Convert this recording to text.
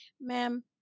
ma'am